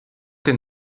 den